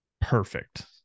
perfect